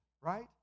right